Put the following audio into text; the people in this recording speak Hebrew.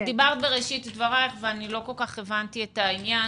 דיברת בראשית דברייך ולא כל כך הבנתי את העניין